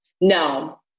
No